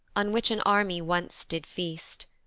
on which an army once did feast,